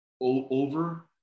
over